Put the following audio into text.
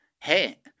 hey